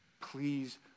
please